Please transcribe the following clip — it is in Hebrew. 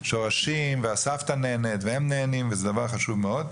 שורשים, הסבתא נהנית והם נהנים, זה דבר חשוב מאוד.